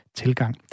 tilgang